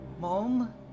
Mom